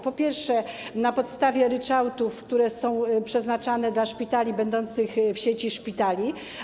Po pierwsze, na podstawie ryczałtów, które są przeznaczane dla szpitali objętych siecią szpitali.